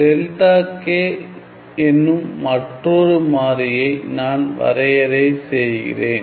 delta k என்னும் மற்றொரு மாறியை நான் வரையறை செய்கிறேன்